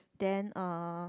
then uh